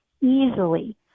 easily